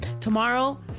tomorrow